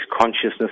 consciousness